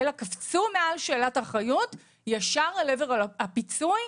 קפצו מעל שאלת האחריות, ישר לעבר הפיצוי,